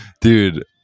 Dude